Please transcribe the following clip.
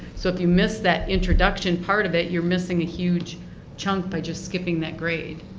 so if you missed that introduction part of it, you're missing a huge chunk by just skipping that grade.